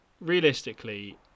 Realistically